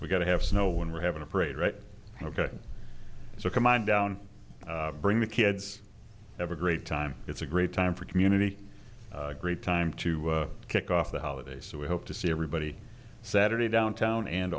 we got to have snow when we're having a parade right ok so come on down bring the kids ever great time it's a great time for community a great time to kick off the holiday so we hope to see everybody saturday downtown and